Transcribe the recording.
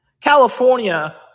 California